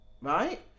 right